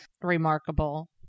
remarkable